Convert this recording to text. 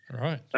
Right